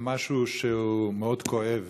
על משהו שהוא מאוד כואב,